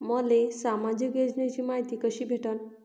मले सामाजिक योजनेची मायती कशी भेटन?